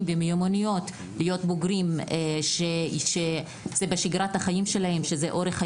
ומיומנויות להיות בוגרים שאורח חיים בריא הוא שגרת החיים שלהם.